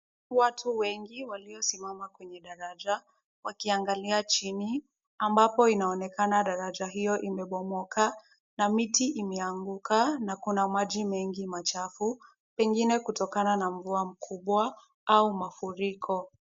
Watu wengi waliosimama kwenye daraja wakiangalia chini, ambapo inaonekana daraja hiyo imebomoka na miti imeanguka na kuna maji mengi machafu, pengine kutokana na mvua kubwa au mafuriko.